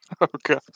okay